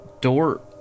door